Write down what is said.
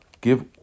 give